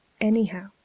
anyhow